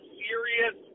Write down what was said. serious